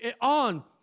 on